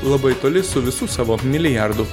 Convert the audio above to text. labai toli su visu savo milijardu